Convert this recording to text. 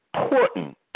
important